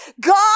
God